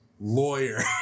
lawyer